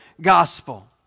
gospel